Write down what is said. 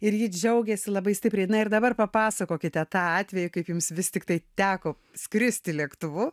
ir ji džiaugėsi labai stipriai na ir dabar papasakokite tą atvejį kaip jums vis tiktai teko skristi lėktuvu